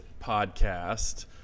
podcast